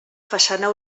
façana